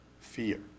fear